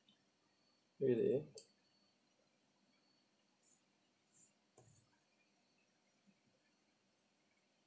really